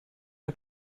der